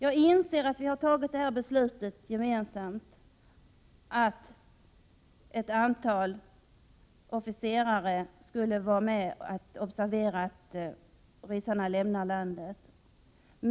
Jag inser att vi gemensamt har fattat beslutet om att ett antal svenska officerare skall vara med och övervaka att ryssarna lämnar landet.